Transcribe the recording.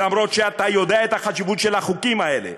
למרות שאתה יודע את החשיבות של החוקים האלה.